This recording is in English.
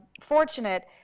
fortunate